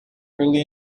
early